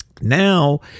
Now